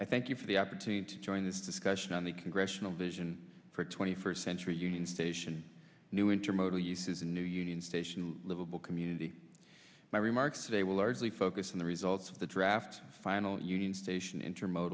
i thank you for the opportunity to join this discussion on the congressional vision for twenty first century union station new intermodal uses a new union station a livable community my remarks today will largely focus on the results of the draft final union station intermod